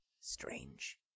strange